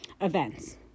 events